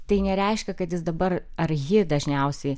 tai nereiškia kad jis dabar ar ji dažniausiai